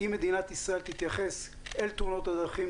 אם מדינת ישראל תתייחס אל תאונות הדרכים